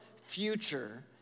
future